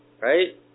right